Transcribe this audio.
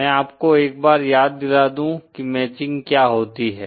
मैं आपको एक बार याद दिला दूँ की मैचिंग क्या होती है